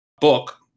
book